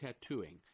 tattooing